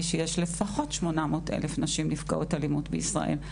שיש לפחות 800,000 נשים נפגעות אלימות בישראל,